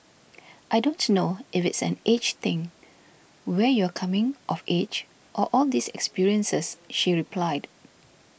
I don't know if it's an age thing where you're coming of age or all these experiences she replied